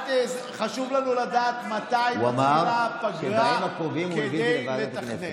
חשוב לנו לדעת מתי תיקבע הפגרה, כדי לתכנן.